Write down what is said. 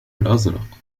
الأزرق